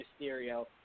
Mysterio